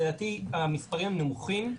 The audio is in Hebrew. לדעתי המספרים הם נמוכים,